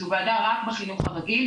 זו ועדה רק בחינוך הרגיל.